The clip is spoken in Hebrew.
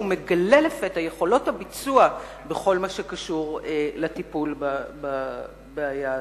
שהוא מגלה לפתע בכל מה שקשור לטיפול בבעיה הזאת.